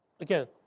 again